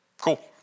Cool